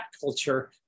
culture